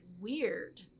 weird